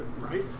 right